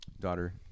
daughter